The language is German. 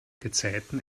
gezeiten